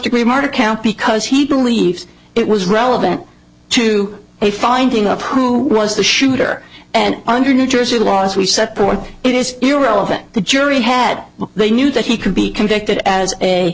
degree murder count because he believes it was relevant to a finding of who was the shooter and under new jersey law as we set forth it is irrelevant the jury had they knew that he could be convicted as a